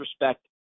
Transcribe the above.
respect